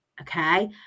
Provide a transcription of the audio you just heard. Okay